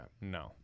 No